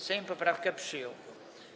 Sejm poprawkę przyjął.